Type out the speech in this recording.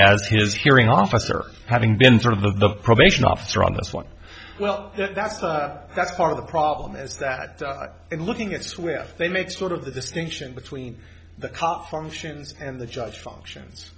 as his hearing officer having been through the probation officer on this one well that's that's part of the problem is that in looking at square they made sort of the distinction between the cop functions and the judge functions